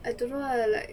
I don't know lah like